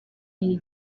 iyi